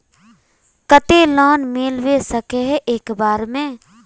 केते लोन मिलबे सके है एक बार में?